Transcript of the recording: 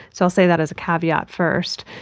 so i'll say that as a caveat first.